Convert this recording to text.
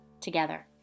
together